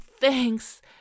thanks